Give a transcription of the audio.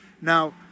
Now